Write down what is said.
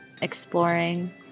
Exploring